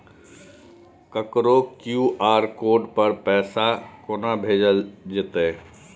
ककरो QR code पर पैसा कोना भेजल जेतै?